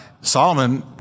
Solomon